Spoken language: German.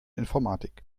informatik